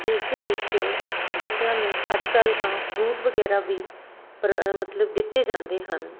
ਜਿਸ ਦੇ ਵਿੱਚ ਬੱਚਿਆਂ ਨੂੰ ਅੱਜ ਕੱਲ੍ਹ ਤਾਂ ਫਰੂਟ ਵਗੈਰਾ ਵੀ ਮਤਲਬ ਦਿੱਤੇ ਜਾਂਦੇ ਹਨ